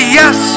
yes